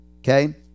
Okay